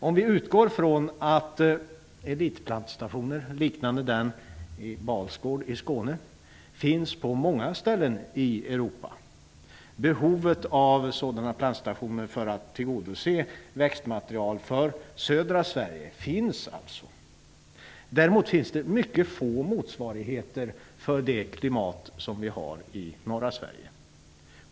Man kan utgå ifrån att elitplantstationer liknande den i Balsgård i Skåne finns på många ställen i Europa. Det finns alltså ett behov av sådana plantstationer för att tillgodose södra Sverige med växtmaterial. Däremot finns det mycket få motsvarigheter för det klimat som vi har i norra Sverige.